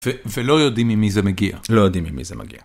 ולא יודעים ממי זה מגיע. לא יודעים ממי זה מגיע